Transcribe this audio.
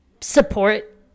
support